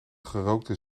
gerookte